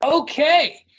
Okay